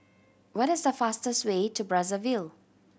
what is the fastest way to Brazzaville